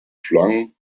flung